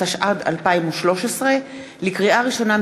התשע"ד 2013. לקריאה ראשונה,